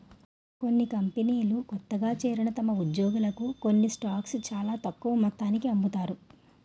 కొన్ని కంపెనీలు కొత్తగా చేరిన తమ ఉద్యోగులకు కొన్ని స్టాక్స్ చాలా తక్కువ మొత్తానికి అమ్ముతారు